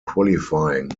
qualifying